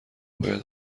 باید